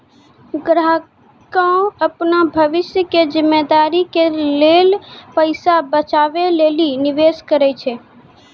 ग्राहकें अपनो भविष्य के जिम्मेदारी के लेल पैसा बचाबै लेली निवेश करै छै